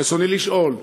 רצוני לשאול: